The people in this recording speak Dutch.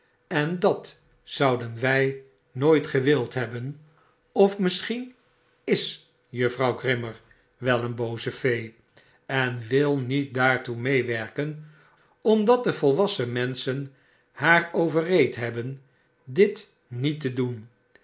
en dat zouden wij nooit gewild hebben of misschien is juffrouw grimmer wel een booze fee en wil niet daartoe meewerken omdat de volwassen menschen haar overreed hebben dit diet te doen